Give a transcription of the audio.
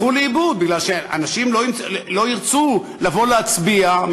מפני שאנשים לא ירצו לבוא להצביע,